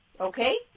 Okay